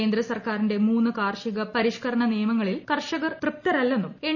കേന്ദ്ര സർക്കാരിന്റെ മൂന്ന് കാർഷിക പരിഷ്കരണ നിയമങ്ങളിൽ കർഷകർ തൃപ്തരല്ലെന്നും എൻ